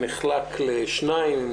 נחלק לשניים: